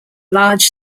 large